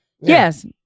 Yes